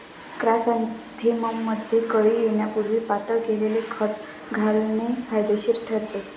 क्रायसॅन्थेमममध्ये कळी येण्यापूर्वी पातळ केलेले खत घालणे फायदेशीर ठरते